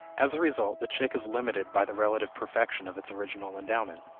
as a result, the chick is limited by the relative perfection of its original endowment.